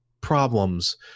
problems